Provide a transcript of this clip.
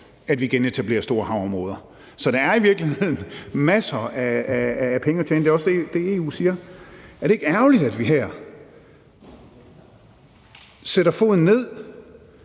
at vi genetablerer store havområder. Så der er i virkeligheden masser af penge at tjene, og det er også det, EU siger. Så er det ikke ærgerligt, at vi her sætter foden ned